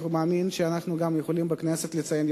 אני מאמין שאנחנו יכולים בכנסת לציין את